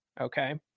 Okay